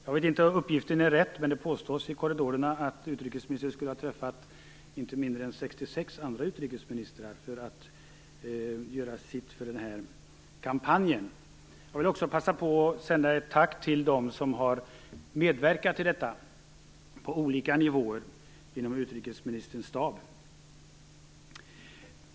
Jag vet inte om uppgiften är riktig, men det påstås i korridorerna att utrikesministern har träffat inte mindre än 66 andra utrikesministrar för att göra sitt för denna kampanj. Jag vill också passa på att sända ett tack till dem som har medverkat till detta på olika nivåer inom utrikesministerns stab.